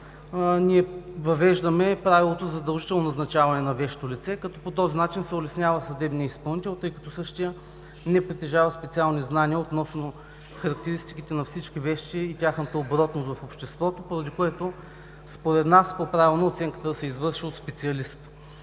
ние въвеждаме правилото „задължително назначаване на вещо лице“, като по този начин се улеснява съдебният изпълнител, тъй като същият не притежава специални знания относно характеристиките на всички вещи и тяхната оборотност в обществото, поради което според нас е по-правилно оценката да се извършва от специалист.